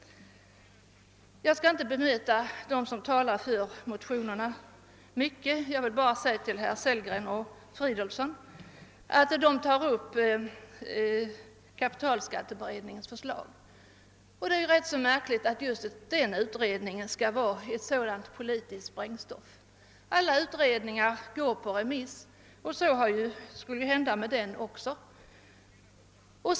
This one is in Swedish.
Jag skall nu inte med många ord bemöta dem som talar för motionerna. Herrar Sellgren och Fridolfsson i Stockholm tog upp kapitalskatteberedningens förslag, och det är märkligt att just den utredningen har blivit ett politiskt sprängstoff. Alla utredningsbetänkanden går ut på remiss, och det gjorde även kapitalskatteberedningens betän kande.